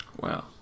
wow